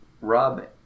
Rob